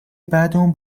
بعدمون